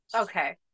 Okay